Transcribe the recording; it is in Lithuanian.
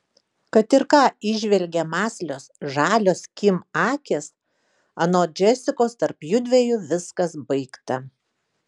kad ir ką įžvelgė mąslios žalios kim akys anot džesikos tarp jųdviejų viskas baigta